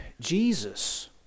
Jesus